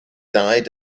died